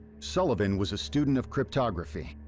sullivan was a student of cryptography,